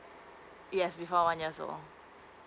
yes before one year old